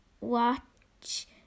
watch